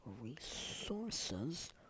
resources